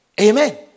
Amen